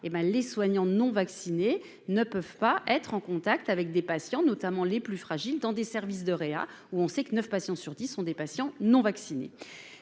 les soignants non vaccinés ne peuvent pas être en contact avec des patients, notamment les plus fragiles dans des services de réa où on sait que 9 patients sur 10 sont des patients non vaccinés,